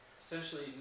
essentially